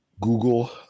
google